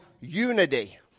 unity